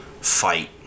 fight